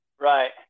Right